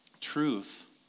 truth